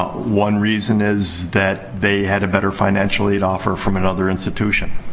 one reason is that they had a better financial aid offer from another institution.